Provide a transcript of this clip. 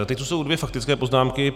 Teď tu jsou dvě faktické poznámky.